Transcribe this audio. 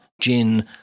gin